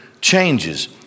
changes